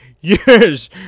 Yes